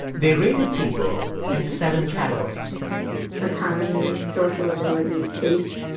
they rated people in seven categories autonomy, social ability, pace,